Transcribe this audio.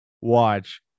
watch